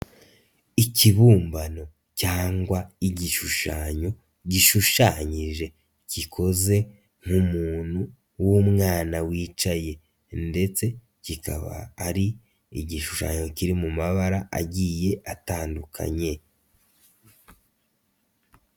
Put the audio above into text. Ikibumbano cyangwa igishushanyo gishushanyije gikoze nk'umuntu w'umwana wicaye, ndetse kikaba ari igishushanyo kiri mu mabara agiye atandukanye.